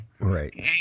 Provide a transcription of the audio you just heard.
Right